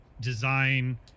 design